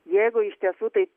jeigu iš tiesų taip